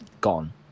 gone